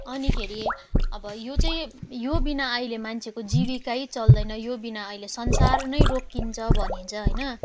अनिखेरि अब यो चाहिँ यो विना अहिले मान्छेको जीविका चल्दैन यो विना अहिले संसार नै रोकिन्छ भनिन्छ होइन